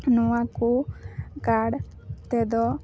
ᱱᱚᱣᱟ ᱠᱚ ᱠᱟᱨᱰ ᱛᱮᱫᱚ